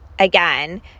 Again